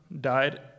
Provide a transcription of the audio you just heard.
died